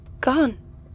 gone